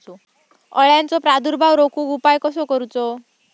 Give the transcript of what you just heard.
अळ्यांचो प्रादुर्भाव रोखुक उपाय कसो करूचो?